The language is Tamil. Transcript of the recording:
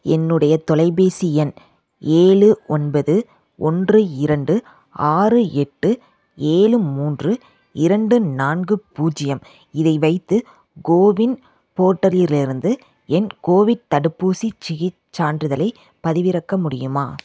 என்னுடைய தொலைபேசி எண் ஏழு ஒன்பது ஒன்று இரண்டு ஆறு எட்டு ஏழு மூன்று இரண்டு நான்கு பூஜ்ஜியம் இதை வைத்து கோவின் போர்ட்டலிலிருந்து என் கோவிட் தடுப்பூசிச் சான்றிதழைப் பதிவிறக்க முடியுமா